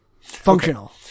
Functional